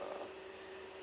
uh